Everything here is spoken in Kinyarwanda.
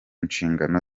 nshingano